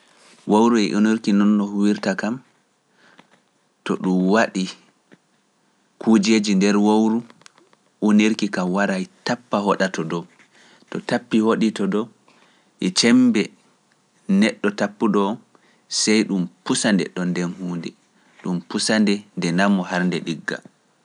Wowru e unirki noon no huwirta kam, to ɗum waɗi kuujeji nder wowru, unirki kam wara e tappa hoɗa to dow, to tappi hoɗi to dow, e ceembe neɗɗo tappuɗo on, sey ɗum pusa ndedɗon nden huunde, ɗum pusande nde har nde ɗigga.